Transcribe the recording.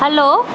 hello